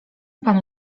panu